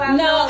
no